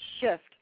shift